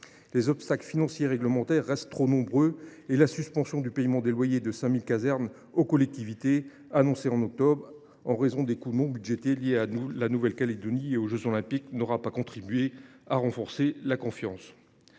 Les obstacles financiers et réglementaires restent trop nombreux et la suspension du paiement des loyers de 5 000 casernes aux collectivités, annoncée en octobre en raison des coûts non budgétés liés à la crise en Nouvelle Calédonie et aux jeux Olympiques et Paralympiques, n’aura pas contribué à renforcer la confiance.